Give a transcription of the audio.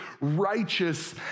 righteous